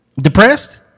depressed